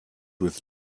with